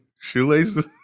shoelaces